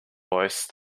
voice